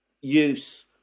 use